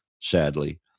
sadly